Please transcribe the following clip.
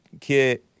kid